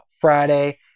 Friday